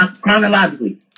Chronologically